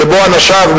שבו אנשיו,